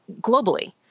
globally